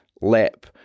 lap